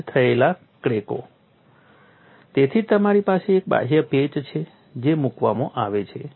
patch થયેલ ક્રેકો તેથી તમારી પાસે એક બાહ્ય પેચ છે જે મૂકવામાં આવે છે